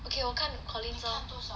okay 我看 Collins ah